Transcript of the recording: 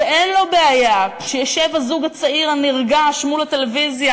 ושאין לו בעיה שישב הזוג הצעיר הנרגש מול הטלוויזיה